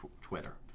Twitter